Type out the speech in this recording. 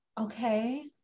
okay